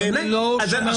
זה לא לוקח